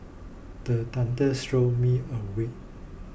the thunders jolt me awake